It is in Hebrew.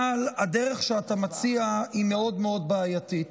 אבל הדרך שאתה מציע היא מאוד מאוד בעייתית.